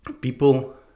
people